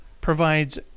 provides